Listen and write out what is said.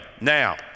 Now